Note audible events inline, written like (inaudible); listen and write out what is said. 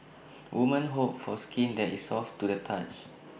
(noise) women hope for skin that is soft to the touch